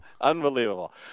unbelievable